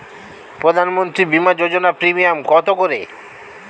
প্রধানমন্ত্রী বিমা যোজনা প্রিমিয়াম কত করে?